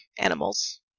animals